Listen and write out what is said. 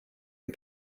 and